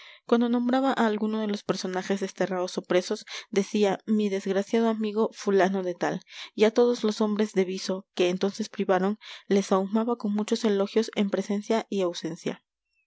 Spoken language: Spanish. cuando nombraba a alguno de los personajes desterrados o presos decía mi desgraciado amigo fulano de tal y a todos los hombres de viso que entonces privaron les sahumaba con muchos elogios en presencia y ausencia